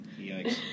Yikes